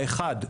האחד,